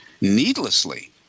needlessly